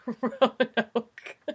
Roanoke